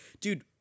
Dude